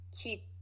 keep